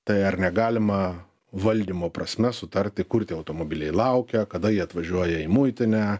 tai ar negalima valdymo prasme sutarti kur tie automobiliai laukia kada jie atvažiuoja į muitinę